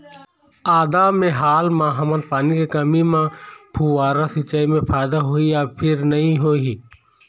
आदा मे हाल मा हमन पानी के कमी म फुब्बारा सिचाई मे फायदा होही या फिर नई होही?